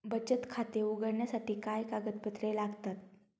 बचत खाते उघडण्यासाठी काय कागदपत्रे लागतात?